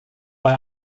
bei